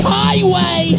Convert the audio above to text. highway